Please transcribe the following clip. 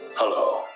Hello